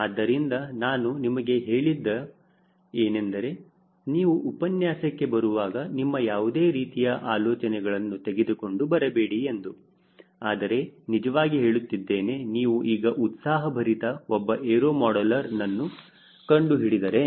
ಆದ್ದರಿಂದ ನಾನು ನಿಮಗೆ ಹೇಳಿದ್ದೆ ಏನೆಂದರೆ ನೀವು ಉಪನ್ಯಾಸಕ್ಕೆ ಬರುವಾಗ ನಿಮ್ಮ ಯಾವುದೇ ರೀತಿಯ ಆಲೋಚನೆಗಳನ್ನು ತೆಗೆದುಕೊಂಡು ಬರಬೇಡಿ ಎಂದು ಆದರೆ ನಿಜವಾಗಿ ಹೇಳುತ್ತಿದ್ದೇನೆ ನೀವು ಈಗ ಉತ್ಸಾಹಭರಿತ ಒಬ್ಬ ಎರೋ ಮಾಡಲರ್ನನ್ನು ಕಂಡುಹಿಡಿದರೆ